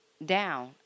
down